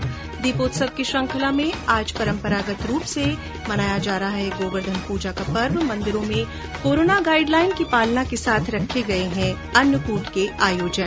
्दीपोत्सव की श्रृंखला में आज परंपरागत रूप से मनाया गया गोवर्धन पूजा का पर्व मंदिरों में कोरोना गाईडलाईन की पालना के साथ रखे गये हैं अन्नकूट के आयोजन